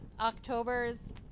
October's